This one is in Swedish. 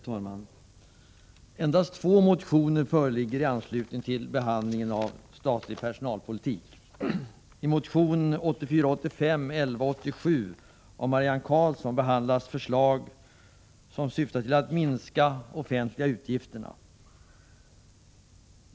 Herr talman! Endast två motioner föreligger i anslutning till behandlingen av statlig personalpolitik. I motion 1984/85:1187 av Marianne Karlsson behandlas förslag som syftar till att minska de offentliga utgifterna.